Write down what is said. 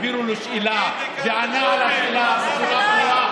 העבירו לו שאלה והוא ענה על השאלה בצורה ברורה?